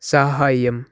सहाय्यम्